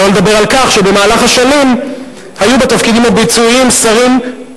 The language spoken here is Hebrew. שלא לדבר על כך שבמהלך השנים היו בתפקידים הביצועיים שרים,